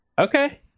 Okay